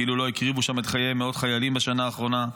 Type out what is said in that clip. כאילו לא הקריבו שם את חייהם מאות חיילים בשנה האחרונה.